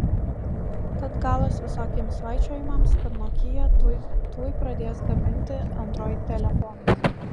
tad galas visokiems svaičiojimams kad nokia tuoj tuoj pradės gaminti android telefonus